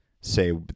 say